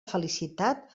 felicitat